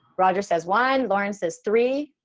roger says wine lauren says three